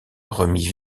remit